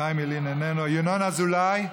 חיים ילין, איננו, ינון אזולאי,